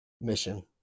mission